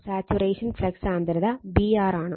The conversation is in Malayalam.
സാച്ചുറേഷൻ ഫ്ലക്സ് സാന്ദ്രത B r ആണ്